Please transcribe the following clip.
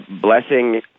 blessing